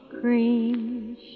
Cream